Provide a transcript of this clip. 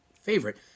favorite